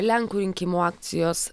lenkų rinkimų akcijos